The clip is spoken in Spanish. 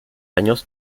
años